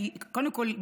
וקודם כול,